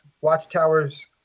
watchtowers